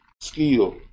skill